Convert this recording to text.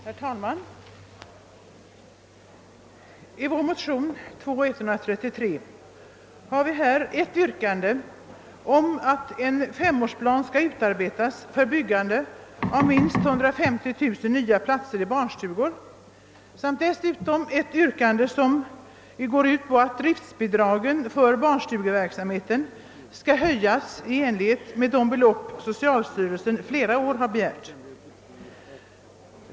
Herr talman! Vår motion nr II: 133 innehåller dels ett yrkande om att riksdagen beslutar att en femårsplan utarbetas för byggande av minst 150 000 nya platser i barnstugor, dels ett yrkande om att driftbidragen för barnstugeverksamheten höjs till det belöpp som socialstyrelsen under flera år begärt.